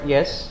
Yes